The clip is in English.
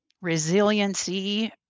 resiliency